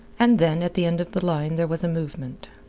and then at the end of the line there was a movement.